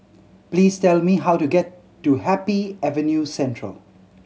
please tell me how to get to Happy Avenue Central